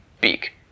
beak